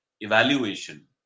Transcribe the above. evaluation